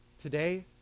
Today